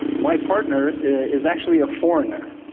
my partner is actually a foreigner.